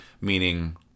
meaning